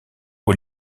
aux